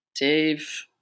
Dave